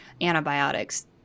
antibiotics